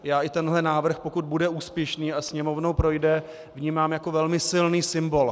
Já i tenhle návrh, pokud bude úspěšný a Sněmovnou projde, vnímám jako velmi silný symbol.